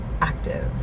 active